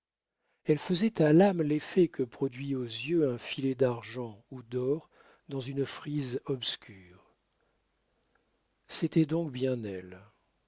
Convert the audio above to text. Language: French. elle faisait à l'âme l'effet que produit aux yeux un filet d'argent ou d'or dans une frise obscure c'était donc bien elle